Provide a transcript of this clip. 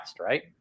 right